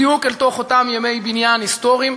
בדיוק אל תוך אותם ימי בניין היסטוריים.